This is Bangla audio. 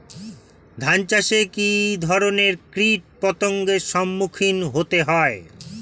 ধান চাষে কী ধরনের কীট পতঙ্গের সম্মুখীন হতে হয়?